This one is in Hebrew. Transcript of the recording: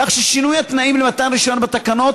כך ששינוי התנאים למתן רישיון בתקנות